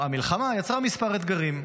יצרה כמה אתגרים,